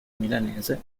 milanese